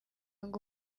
ngo